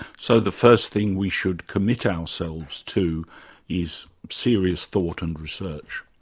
so the first thing we should commit ourselves to is serious thought and research.